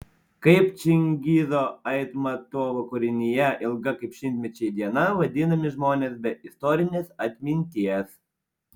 kaip čingizo aitmatovo kūrinyje ilga kaip šimtmečiai diena vadinami žmonės be istorinės atminties